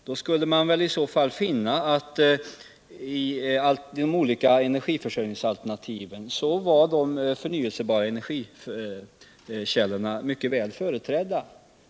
De förnyelsebara energikällorna finns med i de olika alternativen.